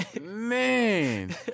Man